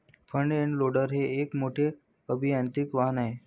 front end loader हे एक मोठे अभियांत्रिकी वाहन आहे